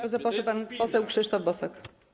Bardzo proszę, pan poseł Krzysztof Bosak.